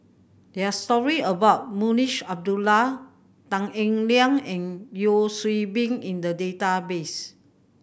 there are story about Munshi Abdullah Tan Eng Liang and Yeo Hwee Bin in the database